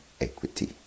equity